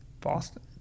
Boston